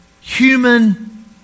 human